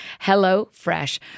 HelloFresh